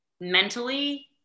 mentally